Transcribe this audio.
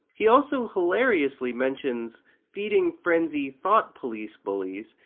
he also hilariously mentions feeding frenzy thought police bullies,